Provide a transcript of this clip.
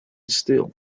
still